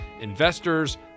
investors